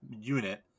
unit